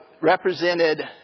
represented